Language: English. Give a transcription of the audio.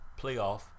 playoff